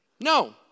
No